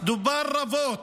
דובר רבות